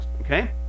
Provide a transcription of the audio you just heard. okay